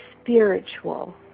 spiritual